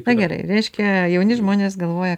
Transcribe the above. na gerai reiškia jauni žmonės galvoja